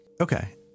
Okay